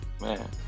man